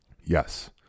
Yes